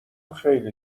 خیلی